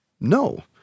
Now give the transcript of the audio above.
No